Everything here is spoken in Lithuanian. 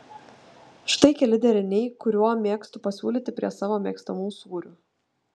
štai keli deriniai kuriuo mėgstu pasiūlyti prie savo mėgstamų sūrių